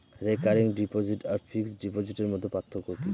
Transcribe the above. Recurring deposit আর fixed ডিপোজিটের মধ্যে পার্থক্য কি?